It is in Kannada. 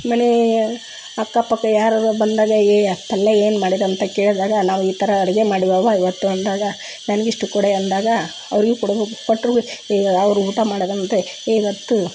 ಮನೆ ಅಕ್ಕ ಪಕ್ಕ ಯಾರಾರ ಬಂದಾಗ ಏ ಅಷ್ಟೆಲ್ಲ ಏನು ಮಾಡಿದಂತ ಕೇಳಿದಾಗ ನಾವು ಈ ಥರ ಅಡುಗೆ ಮಾಡಿವವ ಇವತ್ತು ಅಂದಾಗ ನನಗಿಷ್ಟು ಕೊಡೆ ಅಂದಾಗ ಅವ್ರಿಗೂ ಕೊಡಬೇಕ್ ಕೊಟ್ಟರು ಏ ಅವ್ರು ಊಟ ಮಾಡಿದಂತೆ ಏ ಇವತ್ತು